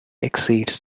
exceeds